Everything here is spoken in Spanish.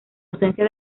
ausencia